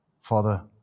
Father